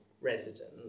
resident